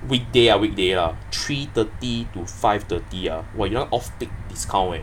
weekday weekday ah three thirty to five thirty uh are !wah! you want off peak discount eh